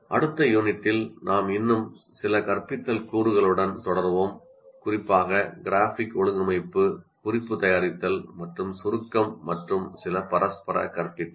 அடுத்த யூனிட்டில் நாம் இன்னும் சில கற்பித்தல் கூறுகளுடன் தொடருவோம் குறிப்பாக கிராஃபிக் ஒழுங்கமைப்பு குறிப்பு தயாரித்தல் மற்றும் சுருக்கம் மற்றும் சில பரஸ்பர கற்பித்தல்